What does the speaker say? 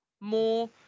more